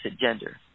gender